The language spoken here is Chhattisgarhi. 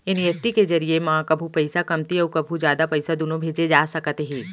एन.ई.एफ.टी के जरिए म कभू पइसा कमती अउ कभू जादा पइसा दुनों भेजे जा सकते हे